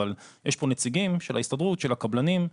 אבל יש פה נציגים של ההסתדרות של הקבלנים.